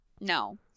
no